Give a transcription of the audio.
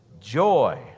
joy